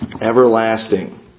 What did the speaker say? everlasting